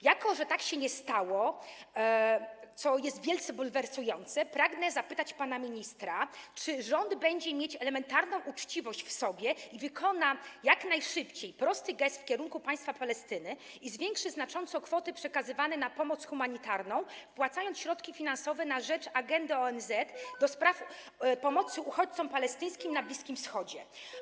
Jako że tak się nie stało, co jest wielce bulwersujące, pragnę zapytać pana ministra, czy rząd będzie miał elementarną uczciwość i wykona jak najszybciej prosty gest w kierunku państwa Palestyna i zwiększy znacząco kwoty przekazywane na pomoc humanitarną, wpłacając środki finansowe na rzecz Agendy ONZ do spraw Pomocy Uchodźcom Palestyńskim na Bliskim Wschodzie.